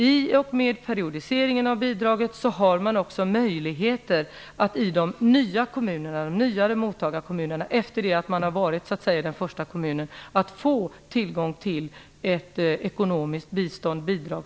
I och med periodiseringen av bidraget har också inflyttningskommunen möjligheter att få tillgång till ett ekonomiskt bidrag.